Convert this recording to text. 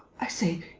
i say.